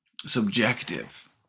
subjective